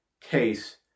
case